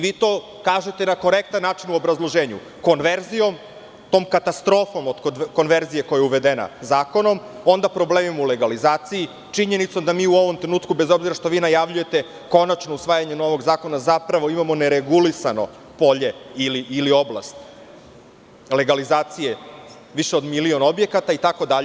Vi to kažete na korektan način u obrazloženju, konverzijom, tom katastrofom od konverzije koja je uvedena zakonom, onda problemima u legalizaciji, činjenicom da mi u ovom trenutku, bez obzira što vi najavljujete konačno usvajanje novog zakona, zapravo imamo neregulisano polje ili oblast legalizacije više od milion objekata itd.